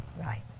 right